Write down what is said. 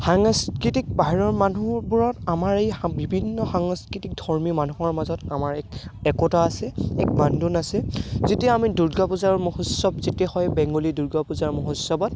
সাংস্কৃতিক বাহিৰৰ মানুহবোৰত আমাৰ এই বিভিন্ন সাংস্কৃতিক ধৰ্মীয় মানুহৰ মাজত আমাৰ এক একতা আছে এক বান্ধোন আছে যেতিয়া আমি দুূৰ্গা পূজাৰ মহোৎসৱ যেতিয়া হয় বেংগলী দুৰ্গা পূজাৰ মহোৎসৱত